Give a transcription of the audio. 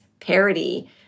parody